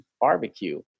barbecue